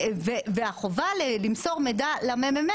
החובה למסור מידע למ.מ.מ